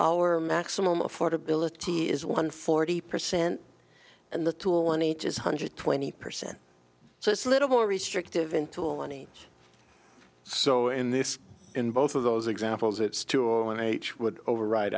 our maximum affordability is one forty percent and the tool in each is hundred twenty percent so it's a little more restrictive in tool any so in this in both of those examples it's two and each would override